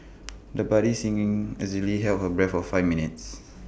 the budding singing easily held her breath for five minutes